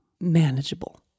manageable